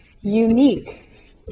unique